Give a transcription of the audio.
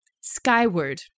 skyward